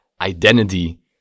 identity